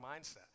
mindset